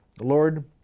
Lord